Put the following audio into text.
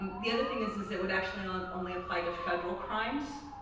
um the other thing is, is it would actually um um only apply to federal crimes,